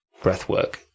breathwork